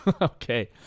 Okay